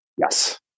Yes